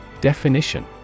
Definition